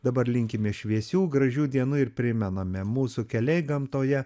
dabar linkime šviesių gražių dienų ir primename mūsų keliai gamtoje